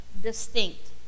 distinct